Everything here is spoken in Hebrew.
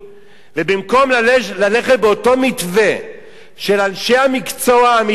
ובמקום ללכת באותו המתווה של אנשי המקצוע האמיתיים,